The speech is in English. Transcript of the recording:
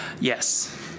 Yes